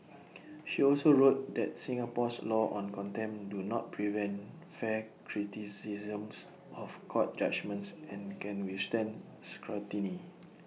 she also wrote that Singapore's laws on contempt do not prevent fair criticisms of court judgements and can withstand scrutiny